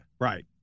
Right